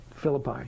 Philippi